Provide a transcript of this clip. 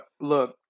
Look